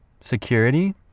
Security